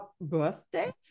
birthdays